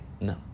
No